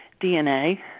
DNA